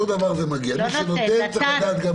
באתי לראות את יושב ראש הוועדה.